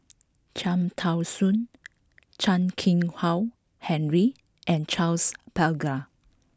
Cham Tao Soon Chan Keng Howe Harry and Charles Paglar